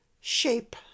shape